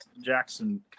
jackson